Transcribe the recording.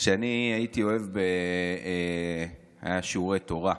כשהייתי ילד היו שיעורי תורה,